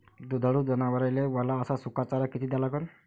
दुधाळू जनावराइले वला अस सुका चारा किती द्या लागन?